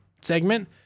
segment